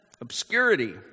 obscurity